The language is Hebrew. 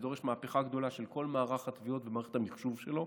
זה דורש מהפכה גדולה של כל מערך התביעות ומערכת המחשוב שלו,